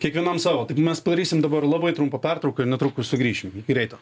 kiekvienam savo taigi mes padarysim dabar labai trumpą pertrauką ir netrukus sugrįšim iki greito